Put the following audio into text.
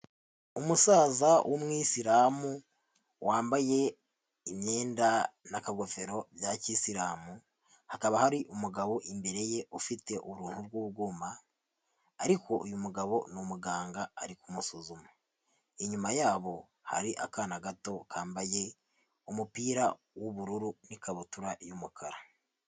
Umusaza w'umwisilamu wambaye imyenda n'akagofero bya kisilamu, hakaba hari umugabo imbere ye ufite uruntu rw'uguma, ariko uyu mugabo n'umuganga ari kumusuzuma, inyuma yabo hari akana gato kambaye umupira w'ubururu n'ikabutura y'umukara.